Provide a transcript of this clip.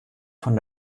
von